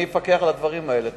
אני אפקח על הדברים האלה.